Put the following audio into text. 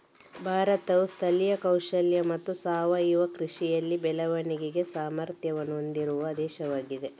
ಭಾರತವು ಸ್ಥಳೀಯ ಕೌಶಲ್ಯ ಮತ್ತು ಸಾವಯವ ಕೃಷಿಯಲ್ಲಿ ಬೆಳವಣಿಗೆಗೆ ಸಾಮರ್ಥ್ಯವನ್ನು ಹೊಂದಿರುವ ದೇಶವಾಗಿದೆ